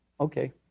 okay